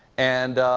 and